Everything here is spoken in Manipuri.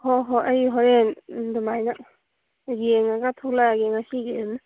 ꯍꯣꯏ ꯍꯣꯏ ꯑꯩ ꯍꯣꯔꯦꯟ ꯑꯗꯨꯃꯥꯏꯅ ꯌꯦꯡꯉꯒ ꯊꯣꯛꯂꯛꯑꯒꯦ ꯉꯁꯤꯒꯤꯗꯨ